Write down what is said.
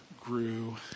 grew